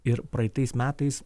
ir praeitais metais